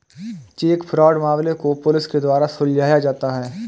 check fraud मामलों को police के द्वारा सुलझाया जाता है